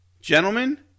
gentlemen